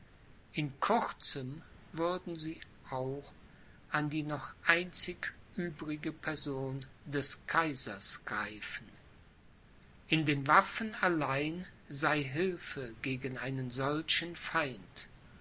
in kurzem würden sie auch an die noch einzig übrige person des kaisers greifen in den waffen allein sei hilfe gegen einen solchen feind